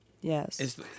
Yes